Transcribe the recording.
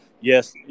Yes